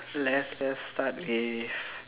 let's just start with